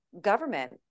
government